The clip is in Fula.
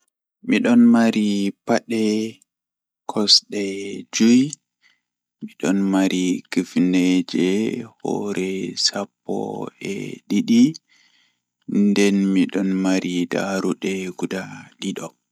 Midon mari pade kosde joye midon mari hufneere hoore sappo e didi nden midon mari darude guda didi.